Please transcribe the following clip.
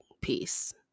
piece